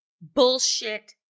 Bullshit